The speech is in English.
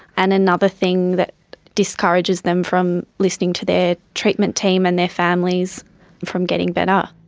and another thing that discourages them from listening to their treatment team and their families from getting better.